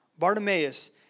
Bartimaeus